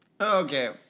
Okay